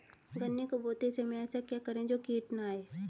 गन्ने को बोते समय ऐसा क्या करें जो कीट न आयें?